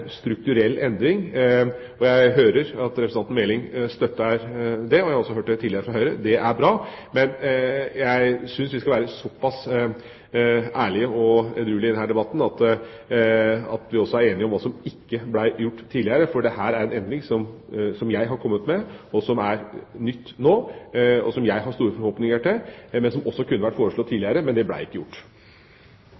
strukturell endring. Jeg hører at representanten Meling og Høyre støtter det. Det er bra. Men jeg synes vi skal være såpass ærlige og edruelige i denne debatten at vi også er enige om hva som ikke ble gjort tidligere – for dette er en endring som jeg har kommet med, som er ny nå, og som jeg har store forhåpninger til. Den kunne ha vært foreslått